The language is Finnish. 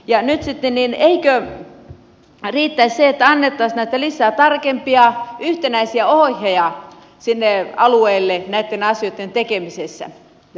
eikö nyt sitten riittäisi se että annettaisiin lisää tarkempia yhtenäisiä ohjeita sinne alueille näitten päätösten tekemisestä